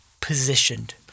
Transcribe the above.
positioned